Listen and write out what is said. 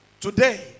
Today